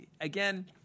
Again